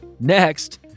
Next